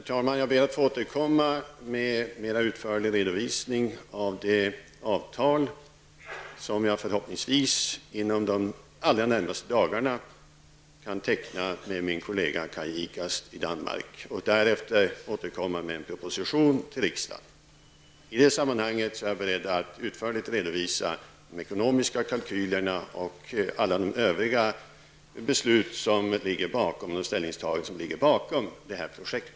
Herr talman! Jag ber att få återkomma med en mera utförlig redovisning av det avtal som jag förhoppningsvis inom de allra närmaste dagarna kan teckna med min kollega Kaj Ikast i Danmark, och därefter med en proposition till riksdagen. I det sammanhanget är jag beredd att utförligt redovisa de ekonomiska kalkylerna och alla de övriga beslut och ställningstaganden som ligger bakom det här projektet.